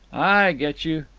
i get you.